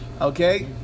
okay